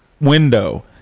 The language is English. window